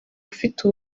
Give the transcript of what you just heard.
ufite